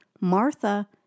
Martha